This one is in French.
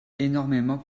énormément